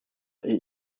eight